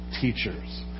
Teachers